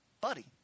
buddy